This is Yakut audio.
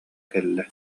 кэллэ